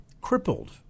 crippled